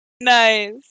nice